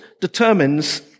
determines